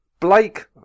Blake